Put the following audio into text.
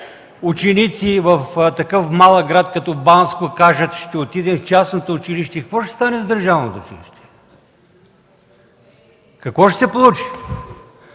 ученици в такъв малък град като Банско кажат: „Ще отидем в частното училище”, какво ще стане с държавното училище?! Какво ще се получи?!